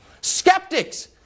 skeptics